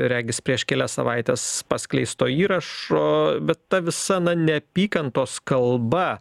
regis prieš kelias savaites paskleisto įrašo bet ta visa na neapykantos kalba